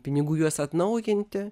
pinigų juos atnaujinti